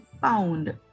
found